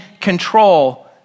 control